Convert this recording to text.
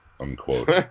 unquote